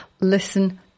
listen